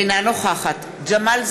אינה נוכחת ג'מאל זחאלקה,